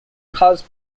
caused